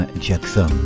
Jackson